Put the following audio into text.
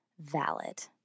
valid